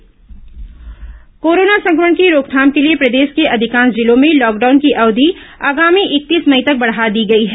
lockdown corona संक्रमण की रोकथाम के लिए प्रदेश के अधिकांश जिलों में लॉकडाउन की अवधि आगामी इकतीस मई तक बढ़ा दी गई है